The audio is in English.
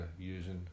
using